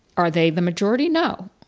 are they the majority? no.